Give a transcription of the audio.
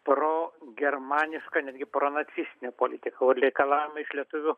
pro germanišką netgi pro nacistinė politika o reikalavimai iš lietuvių